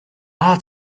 ought